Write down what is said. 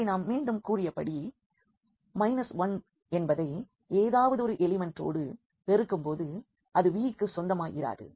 இங்கே நான் மீண்டும் கூறியபடியே 1 என்பதை ஏதாவதொரு எலிமெண்டோடு பெருக்கும்போது அது Vக்கு சொந்தமாயிராது